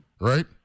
right